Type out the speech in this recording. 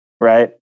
right